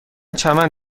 چمن